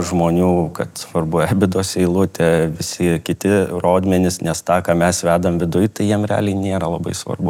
žmonių kad svarbu vidus eilutė visi kiti rodmenys nes tą ką mes vedame viduj tai jiem realiai nėra labai svarbu